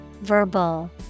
Verbal